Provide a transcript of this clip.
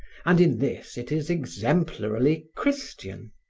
and in this it is exemplarily christian.